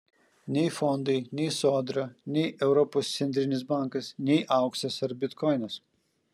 nei fondai nei sodra nei europos centrinis bankas nei auksas ar bitkoinas